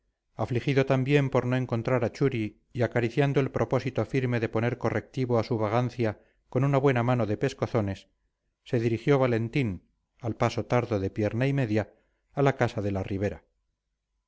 afligido también por no encontrar a churi y acariciando el propósito firme de poner correctivo a su vagancia con una buena mano de pescozones se dirigió valentín al paso tardo de pierna y media a la casa de la ribera